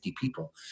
people